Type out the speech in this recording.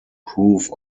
proof